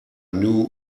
knew